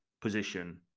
position